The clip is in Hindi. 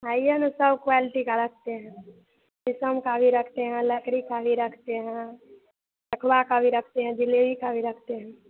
आइए ना सब क्वालिटी का रखते हैं शीशम का भी रखते हैं लकड़ी का भी रखते हैं सखुआ का भी रखते हैं ज़िलेबी का भी रखते हैं